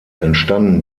entstanden